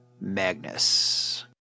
Magnus